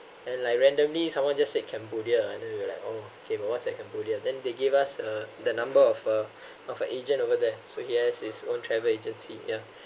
and like randomly someone just say cambodia and then we were like okay what's like cambodia then they gave us uh the number of a of a agent over there so he has his own travel agency yeah